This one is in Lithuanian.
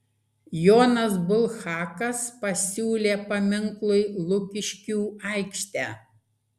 jonas bulhakas pasiūlė paminklui lukiškių aikštę